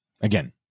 again